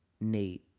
Nate